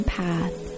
path